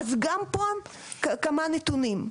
אז גם פה כמה נתונים.